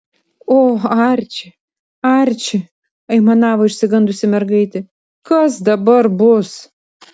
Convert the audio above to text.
o arči arči aimanavo išsigandusi mergaitė kas dabar bus